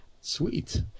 sweet